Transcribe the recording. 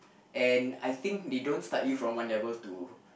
and I think they don't start you from one level to